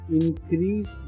increase